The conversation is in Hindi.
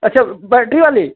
अच्छा बैटरी वाली